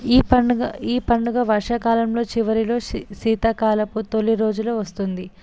ఈ పండుగ ఈ పండుగ వర్షాకాలంలో చివరిలో శీతాకాలపు తొలి రోజులలో వస్తుంది